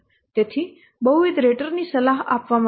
તેથી બહુવિધ રેટર ની સલાહ આપવામાં આવે છે